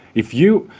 if you,